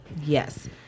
Yes